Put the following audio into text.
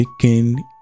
taking